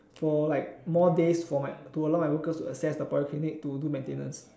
for like more days for like to allow my workers to access the polyclinic to do maintenance